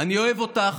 אני אוהב אותך.